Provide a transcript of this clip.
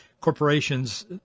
corporations